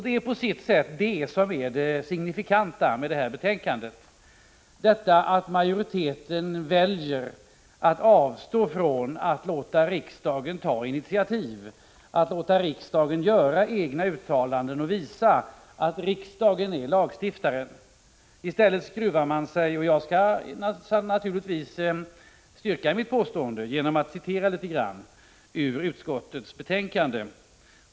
Det är på sitt sätt det som är det signifikanta med det här betänkandet — att majoriteten väljer att avstå från att låta riksdagen ta initiativ, att låta riksdagen göra egna uttalanden och visa, att riksdagen är lagstiftaren. I stället skruvar man sig. Jag skall naturligtvis styrka mitt påstående genom att citera litet ur utskottets betänkande.